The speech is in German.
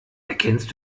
erkennst